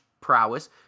prowess